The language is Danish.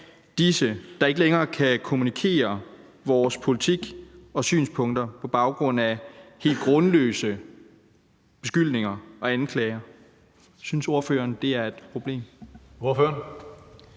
disse, der ikke længere kan kommunikere vores politik og synspunkter på baggrund af helt grundløse beskyldninger og anklager? Synes ordføreren, det er et problem?